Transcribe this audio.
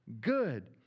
good